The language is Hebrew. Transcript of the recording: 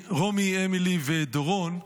אמילי ודורון,